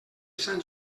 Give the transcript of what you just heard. sant